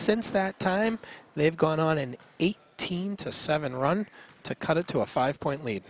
since that time they've gone on an eight to seven run to cut it to a five point lead